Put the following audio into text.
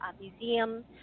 Museum